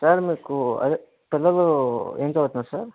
sir మీకు అదే పిల్లలు ఏం చదువుతున్నారు సార్